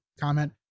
comment